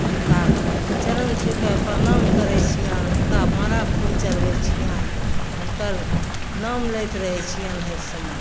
हुनका चरण छुइके परनाम करै छिए आओर हुनका माला फूल चढ़बै छिअनि हुनकर नाम लैत रहै छिअनि हर समय